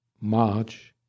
march